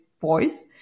voice